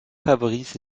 favorise